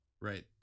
Right